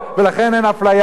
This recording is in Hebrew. ולכן אין אפליה.